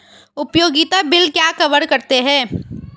उपयोगिता बिल क्या कवर करते हैं?